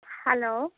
hello